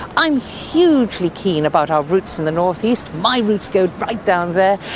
i'm hugely keen about our roots in the northeast, my roots go right down there,